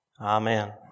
Amen